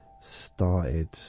started